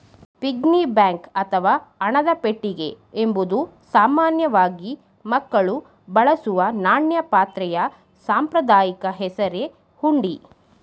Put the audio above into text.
piggy bank ಅಥವಾ ಹಣದ ಪೆಟ್ಟಿಗೆ ಎಂಬುದು ಸಾಮಾನ್ಯವಾಗಿ ಮಕ್ಕಳು ಬಳಸುವ ನಾಣ್ಯ ಪಾತ್ರೆಯ ಸಾಂಪ್ರದಾಯಿಕ ಹೆಸರೇ ಹುಂಡಿ